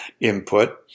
input